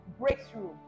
breakthrough